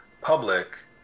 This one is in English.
public